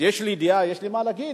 יש לי דעה ויש לי מה להגיד,